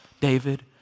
David